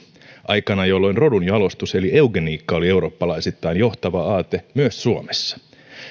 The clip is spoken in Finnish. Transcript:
aikana jolloin rodunjalostus eli eugeniikka oli eurooppalaisittain johtava aate myös suomessa